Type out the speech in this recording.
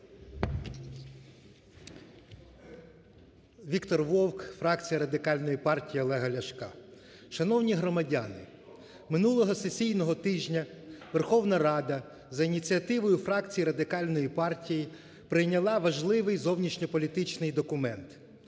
Віктор Вовк, фракція Радикальної партії Олега Ляшка. Шановні громадяни, минулого сесійного тижня Верховна Рада за ініціативою фракції Радикальної партії прийняла важливий зовнішньополітичний документ